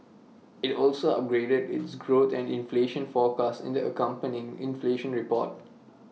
IT also upgraded its growth and inflation forecast in the accompanying inflation report